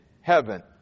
heaven